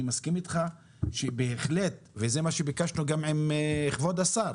אני מסכים איתך שבהחלט וזה מה שביקשנו גם מכבד השר,